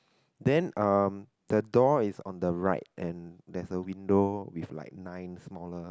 then um the door is on the right and there's a window with like nine smaller